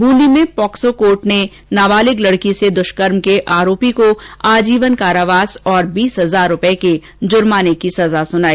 बूंदी में POCSO court ने नाबालिग लड़की से दुष्कर्म के आरोपी आजीवन कारावास और बीस हजार रूपए के जुर्माने की सजा सुनाई